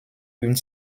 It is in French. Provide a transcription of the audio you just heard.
une